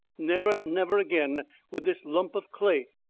never, never again would this lump of clay,